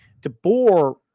DeBoer